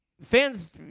fans